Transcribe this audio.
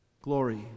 Glory